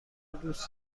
دوست